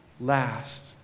last